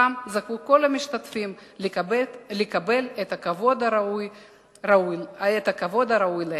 שבזכותם זכו כל המשתתפים לקבל את הכבוד הראוי להם.